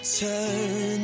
turn